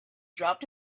dropped